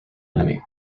enemy